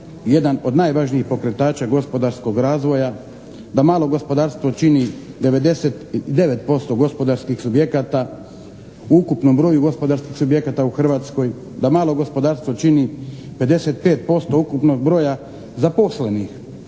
jedan od najvažnijih pokretača gospodarskog razvoja, da malo gospodarstvo čini 99% gospodarskih subjekata u ukupnom broju gospodarskih subjekata u Hrvatskoj, da malo gospodarstvo čini 55% ukupnog broja zaposlenih.